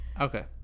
Okay